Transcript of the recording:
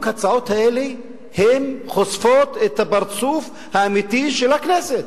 ההצעות האלה חושפות את הפרצוף האמיתי של הכנסת.